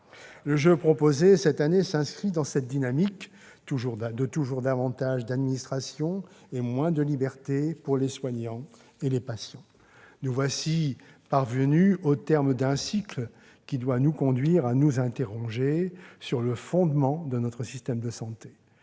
Le projet proposé cette année s'inscrit dans cette « dynamique » de toujours davantage d'administration et moins de liberté pour les soignants et les patients. Nous voici parvenus au terme d'un cycle qui doit nous conduire à nous interroger sur le fondement de notre système de santé.